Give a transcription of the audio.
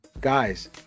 guys